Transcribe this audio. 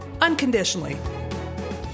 unconditionally